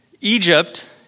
Egypt